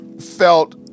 felt